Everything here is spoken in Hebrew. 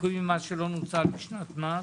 ניכוי ממס שלא נוצל בשנת מס.